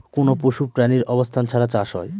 কোনো পশু প্রাণীর অবস্থান ছাড়া চাষ হয়